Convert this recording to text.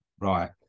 Right